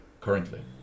currently